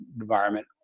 environment